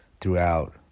throughout